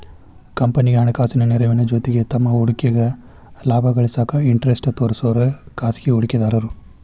ಕಂಪನಿಗಿ ಹಣಕಾಸಿನ ನೆರವಿನ ಜೊತಿಗಿ ತಮ್ಮ್ ಹೂಡಿಕೆಗ ಲಾಭ ಗಳಿಸಾಕ ಇಂಟರೆಸ್ಟ್ ತೋರ್ಸೋರೆ ಖಾಸಗಿ ಹೂಡಿಕೆದಾರು